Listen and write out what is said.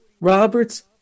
Roberts